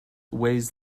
weighs